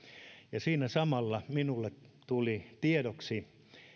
ja siinä samalla minulle tuli tiedoksi